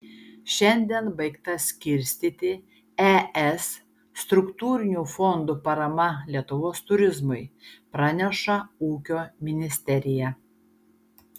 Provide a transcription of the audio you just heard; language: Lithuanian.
šiandien baigta skirstyti es struktūrinių fondų parama lietuvos turizmui praneša ūkio ministerija